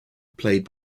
played